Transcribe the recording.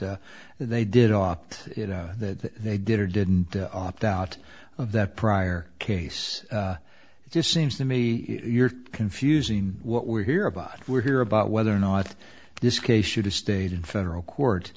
they did offer you know that they did or didn't opt out of that prior case it just seems to me you're confusing what we hear about we're here about whether or not this case should have stayed in federal court